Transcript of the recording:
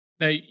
Now